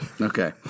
Okay